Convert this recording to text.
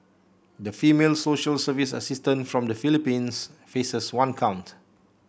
the female social service assistant from the Philippines faces one count